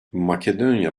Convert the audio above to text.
makedonya